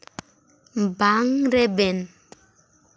ᱵᱟᱝ ᱨᱮᱵᱮᱱ